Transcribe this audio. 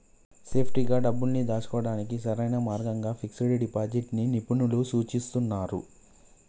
సేఫ్టీగా డబ్బుల్ని దాచుకోడానికి సరైన మార్గంగా ఫిక్స్డ్ డిపాజిట్ ని నిపుణులు సూచిస్తున్నరు